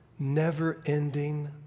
never-ending